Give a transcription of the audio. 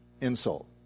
insult